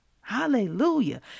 hallelujah